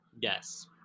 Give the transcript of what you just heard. Yes